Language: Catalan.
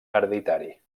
hereditari